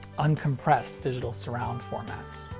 uncompressed digital surround formats.